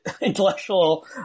intellectual